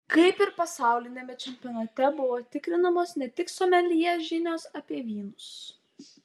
kaip ir pasauliniame čempionate buvo tikrinamos ne tik someljė žinios apie vynus